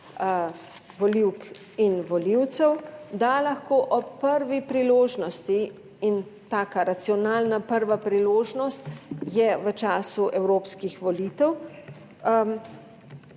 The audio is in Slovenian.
volivk in volivcev, da lahko ob prvi priložnosti in taka racionalna prva priložnost je v času evropskih volitev,